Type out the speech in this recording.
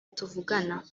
tuvugana